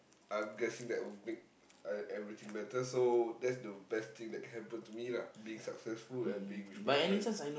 I'm guessing that will make uh everything better so that's the best thing that can happen to me lah being successful and being with my friends